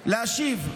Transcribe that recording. להשיב.